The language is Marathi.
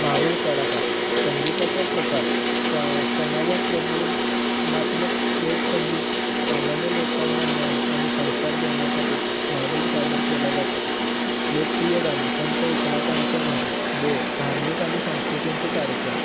भारूड कलाकार संगीताचा प्रकार स समाजाप्रबोधनात्मक लोकसंगीत सामान्य लोकांना ज्ञान आणि संस्कार देण्यासाठी भारूड सादर केला जातो लोकप्रिय गाणी संत एकनाथांचं भारूड वेळ धार्मिक आणि संस्कृतींचे कार्यक्रम